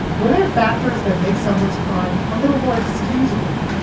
were there factors that make someone's crime a little more excusable,